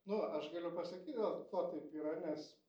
nu aš galiu pasakyt dėl ko taip yra nes